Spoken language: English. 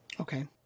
Okay